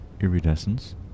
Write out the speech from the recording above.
iridescence